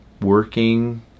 working